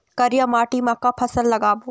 करिया माटी म का फसल लगाबो?